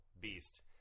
beast